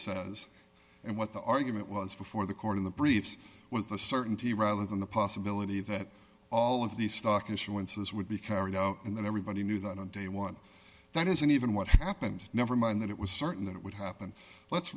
says and what the argument was before the court in the briefs was the certainty rather than the possibility that all of these stock issuances would be carried out and that everybody knew that on day one that isn't even what happened never mind that it was certain that it would happen let's